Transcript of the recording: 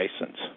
license